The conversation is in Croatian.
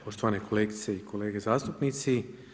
Poštovane kolegice i kolege zastupnici.